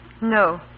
No